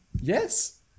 Yes